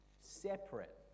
separate